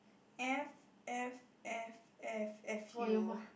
F F F F F U